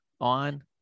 on